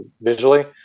visually